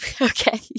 Okay